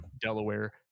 Delaware